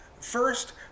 First